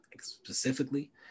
specifically